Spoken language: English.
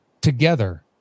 Together